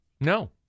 No